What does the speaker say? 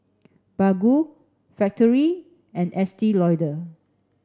Baggu Factorie and Estee Lauder